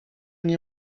nie